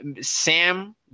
Sam